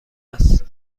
است